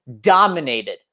dominated